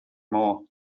more